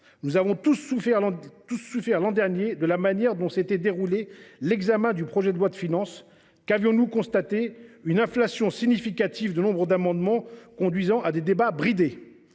nous avons tous souffert, l’an dernier, de la manière dont s’est déroulé l’examen du projet de loi de finances. Qu’avons nous constaté ? Une inflation significative du nombre d’amendements, conduisant à des débats bridés.